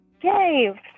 Yay